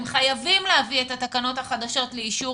הם חייבים להביא את התקנות החדשות לאישור